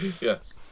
yes